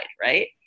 right